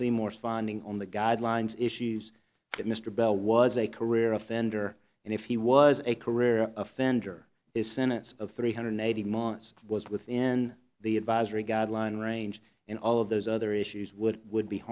seymour finding on the guidelines issues that mr bell was a career offender and if he was a career offender is senates of three hundred eighteen months was within the advisory guideline range in all of those other issues would would be